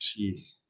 Jeez